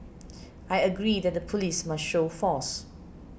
I agree that the police must show force